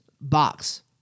box